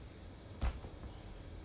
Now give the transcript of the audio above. must be a bit more positive hor